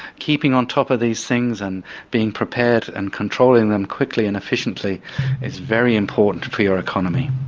keeping on top of these things and being prepared and controlling them quickly and efficiently is very important for your economy.